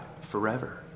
forever